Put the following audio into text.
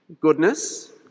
Goodness